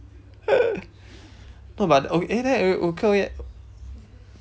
no but okay eh then